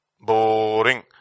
Boring